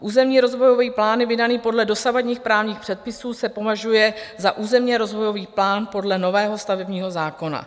Územní rozvojový plán vydaný podle dosavadních právních předpisů se považuje za územní rozvojový plán podle nového stavebního zákona.